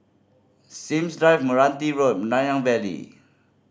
Sims Drive Meranti Road Nanyang Valley